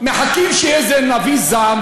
מחכים שיהיה איזה נביא זעם,